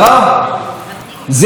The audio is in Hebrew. זה ראש הממשלה שלנו?